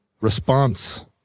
response